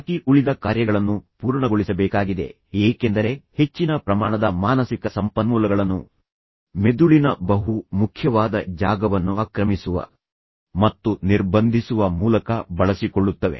ಬಾಕಿ ಉಳಿದ ಕಾರ್ಯಗಳನ್ನು ಪೂರ್ಣಗೊಳಿಸಬೇಕಾಗಿದೆ ಏಕೆಂದರೆ ಹೆಚ್ಚಿನ ಪ್ರಮಾಣದ ಮಾನಸಿಕ ಸಂಪನ್ಮೂಲಗಳನ್ನು ಮೆದುಳಿನ ಬಹು ಮುಖ್ಯವಾದ ಜಾಗವನ್ನುಆಕ್ರಮಿಸುವ ಮತ್ತು ನಿರ್ಬಂಧಿಸುವ ಮೂಲಕ ಬಳಸಿಕೊಳ್ಳುತ್ತವೆ